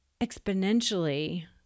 exponentially